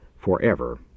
forever